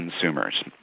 consumers